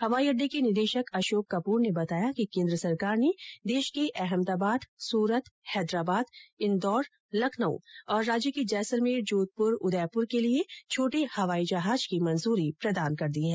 हवाई अड्डे के निदेशक अशोक कप्र ने बताया कि केंद्र सरकार ने देश के अहमदाबाद सूरत हैदराबाद इंदौर लखनऊ और राज्य के जैसलमेर जोधपुर उदयपुर के लिए छोटे हवाई जहाज की मंजूरी प्रदान कर दी है